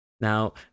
Now